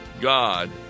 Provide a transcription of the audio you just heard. God